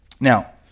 Now